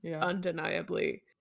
undeniably